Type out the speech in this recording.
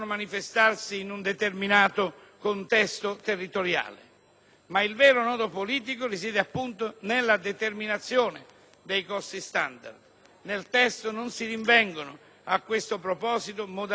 il vero nodo politico risiede nella determinazione dei costi standard. Nel testo non si rinvengono a questo proposito modalità e criteri puntualmente definiti.